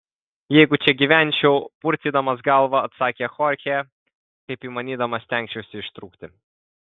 jeigu čia gyvenčiau purtydamas galvą atsakė chorchė kaip įmanydamas stengčiausi ištrūkti